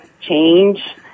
change